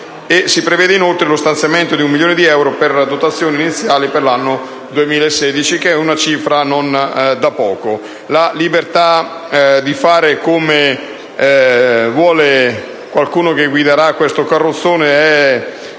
si prevede inoltre lo stanziamento di un milione di euro per la dotazione iniziale per l'anno 2016, cifra non da poco. La libertà di agire come vuole di chi guiderà questo carrozzone è